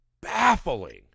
baffling